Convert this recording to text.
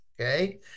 Okay